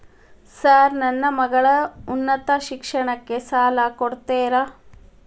Sir ನನ್ನ ಮಗಳ ಉನ್ನತ ಶಿಕ್ಷಣಕ್ಕೆ ಸಾಲ ಕೊಡುತ್ತೇರಾ?